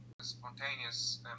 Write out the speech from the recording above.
spontaneous